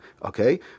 Okay